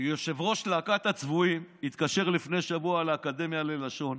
להקת הצבועים התקשר לפני שבוע לאקדמיה ללשון,